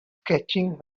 sketching